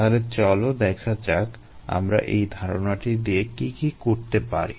তাহলে চলো দেখা যাক আমরা এই ধারণাটি দিয়ে কী কী করতে পারি